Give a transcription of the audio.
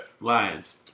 Lions